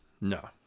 No